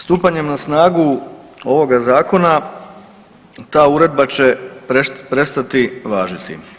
Stupanjem na snagu ovoga zakona ta uredba će prestati važiti.